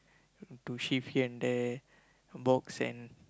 to shift here and there box and